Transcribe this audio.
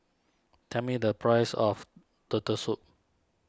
tell me the price of Turtle Soup